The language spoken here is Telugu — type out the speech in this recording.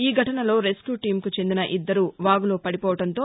ఈ ఘటనలో రెస్యూ టీమ్కు చెందిన ఇద్దరు వాగులో పడిపోవడంతో